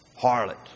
Harlot